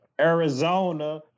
Arizona